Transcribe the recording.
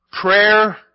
Prayer